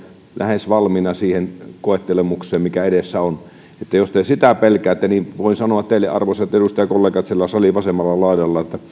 lähes valmiina siihen koettelemukseen mikä edessä on jos te sitä pelkäätte niin voin sanoa teille arvoisat edustajakollegat siellä salin vasemmalla laidalla että